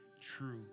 true